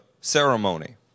ceremony